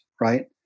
right